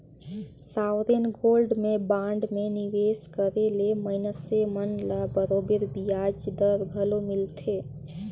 sovereign gold में bond में निवेस करे ले मइनसे मन ल बरोबेर बियाज दर घलो मिलथे